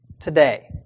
today